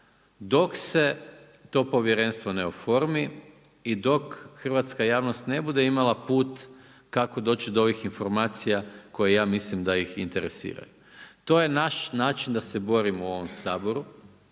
dok se to povjerenstvo ne oformi i dok hrvatska javnost ne bude imala put kako doći do ovih informacija koje ja mislim da ih interesiraju. To je naš način da se borimo u ovom Saboru.